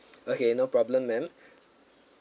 okay no problem ma'am